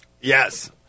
Yes